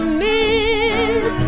miss